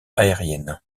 aériennes